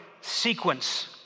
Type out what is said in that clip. sequence